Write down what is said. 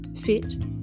fit